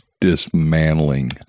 Dismantling